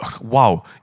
wow